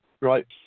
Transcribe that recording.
right